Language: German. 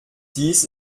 dies